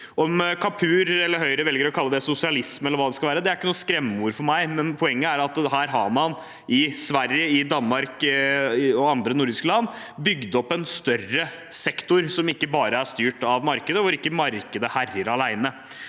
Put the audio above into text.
Om Kapur eller Høyre velger å kalle det sosialisme eller hva det skulle være, er ikke det noe skremmeord for meg. Poenget er at her har man i Sverige, Danmark og i andre nordiske land bygd opp en større sektor som ikke bare er styrt av markedet, hvor ikke markedet herjer alene.